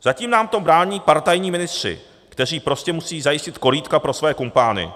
Zatím nám v tom brání partajní ministři, kteří prostě musí zajistit korýtka pro své kumpány.